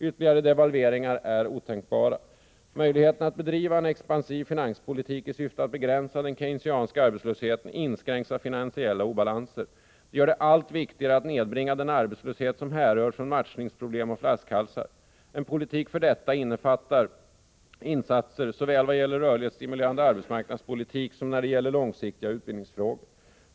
Ytterligare devalveringar är otänkbara. Möjligheten att bedriva en expansiv finanspolitik i syfte att begränsa den Keynesianska arbetslösheten inskränks av finansiella obalanser. De gör det allt viktigare att nedbringa den arbetslöshet som härrör från matchningsproblem och flaskhalsar. En politik för detta innefattar insatser såväl vad gäller rörlighetsstimulerande arbetsmarknadspolitik som när det gäller långsiktiga utbildningsfrågor.